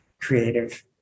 creative